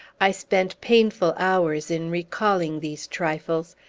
i spent painful hours in recalling these trifles,